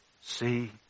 see